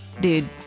dude